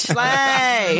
Slay